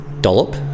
Dollop